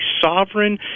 sovereign